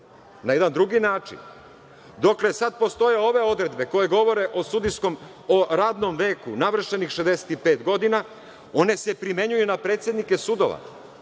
na jedan drugi način. Dokle postoje ove odredbe koje govore o radnom veku navršenih 65 godina, one se primenjuju na predsednike sudova,